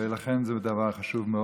ולכן זה דבר חשוב מאוד.